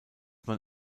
man